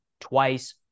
twice